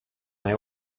they